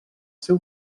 seu